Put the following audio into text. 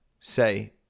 Say